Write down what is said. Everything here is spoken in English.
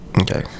Okay